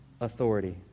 authority